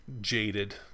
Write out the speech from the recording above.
jaded